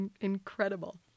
incredible